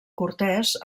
cortès